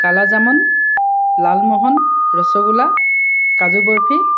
Kala jamun lalmohan rasgulla kaju barfi